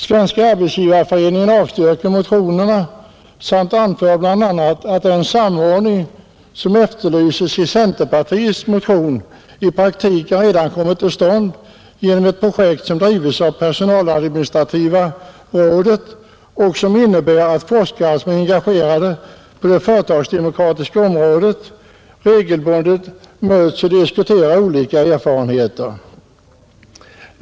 Svenska arbetsgivareföreningen avstyrker motionerna samt anför bl.a. att den samordning som efterlyses i centerpartiets motion i praktiken redan kommit till stånd genom ett projekt som drives av Personalad ministrativa rådet och som innebär att forskare som är engagerade på det företagsdemokratiska området regelbundet möts och diskuterar olika erfarenheter.